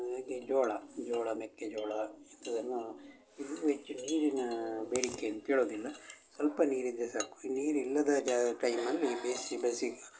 ಹಾಗೇ ಜೋಳ ಜೋಳ ಮೆಕ್ಕೆಜೋಳ ಇಂಥದ್ದನ್ನ ಇನ್ನೂ ಹೆಚ್ಚು ನೀರಿನಾ ಬೇಡಿಕೆ ಏನು ಕೇಳೋದಿಲ್ಲ ಸ್ವಲ್ಪ ನೀರಿದ್ದರೆ ಸಾಕು ನೀರು ಇಲ್ಲದ ಜಾಗ ಟೈಮಲ್ಲಿ ಬೇಸಿ ಬೇಸಿಗೆ